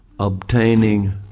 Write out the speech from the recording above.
obtaining